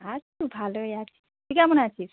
আছি ভালোই আছি তুই কেমন আছিস